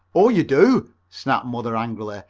oh, you do, snapped mother angrily,